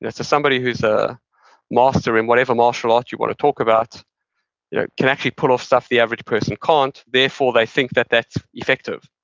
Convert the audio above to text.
somebody who's a master in whatever martial art you want to talk about you know can actually pull off stuff the average person can't. therefore, they think that that's effective.